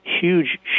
huge